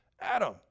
Adam